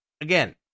again